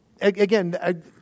again